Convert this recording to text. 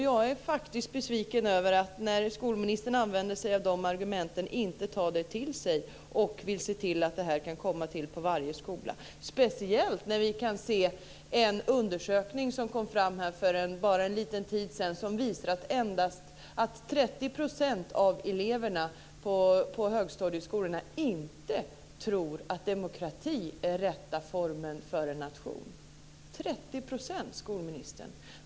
Jag blir faktiskt besviken när skolministern inte tar detta till sig och ser till att det här kan komma till på varje skola, speciellt när vi kan se resultatet av en undersökning som kom för bara en kort tid sedan. Den visar att 30 % av eleverna på högstadieskolorna inte tror att demokrati är den rätta formen för en nation - 30 %, skolministern!